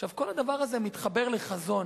עכשיו, כל הדבר הזה מתחבר לחזון.